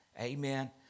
Amen